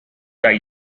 die